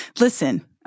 Listen